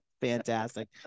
fantastic